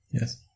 Yes